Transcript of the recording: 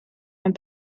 and